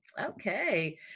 Okay